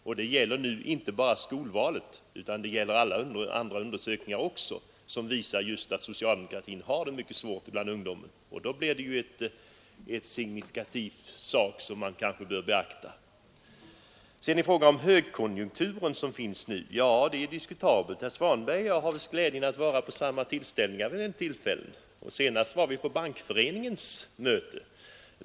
Jag tänker nu inte bara på skolvalet utan även på andra undersökningar som visat att socialdemokratin inte har mycket gehör bland ungdomen. Det är signifikativt och bör beaktas. Om vi har någon högkonjunktur nu är diskutabelt. Herr Svanberg och jag har visst glädjen att gå på samma tillställningar vid en del tillfällen. Senast var vi på Bankföreningens möte.